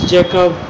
Jacob